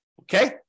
Okay